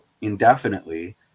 indefinitely